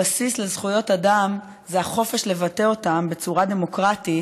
הבסיס לזכויות אדם זה החופש לבטא אותן בצורה דמוקרטית,